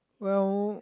well